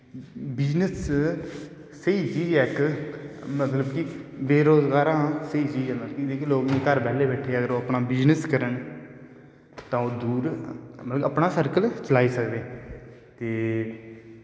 business स्हेई चीज़ ऐ इक मतलव की बेरोजगार आं स्हेई चीज़ ऐ जेह्के लोग घर बैल्ले बैठे दे अगर ओह् बिजनस करन तां मतलव ओह् अपनां सर्कल चलाई सकदे ते